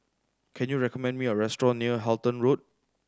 can you recommend me a restaurant near Halton Road